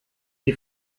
die